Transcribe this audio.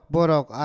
Borok